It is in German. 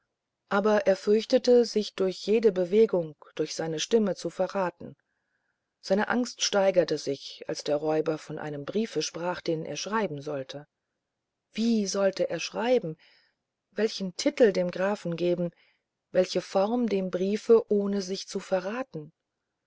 aber er fürchtete sich durch jede bewegung durch seine stimme zu verraten seine angst steigerte sich als der räuber von einem briefe sprach den er schreiben sollte wie sollte er schreiben welche titel dem grafen geben welche form dem briefe ohne sich zu verraten